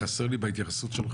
חסר לי רק כמה דברים בהתייחסות שלך.